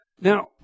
Now